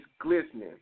glistening